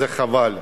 זה חבל,